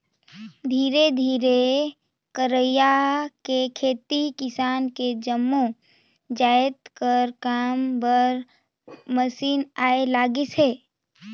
धीरे धीरे कइरके खेती किसानी के जम्मो जाएत कर काम बर मसीन आए लगिस अहे